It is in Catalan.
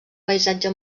paisatge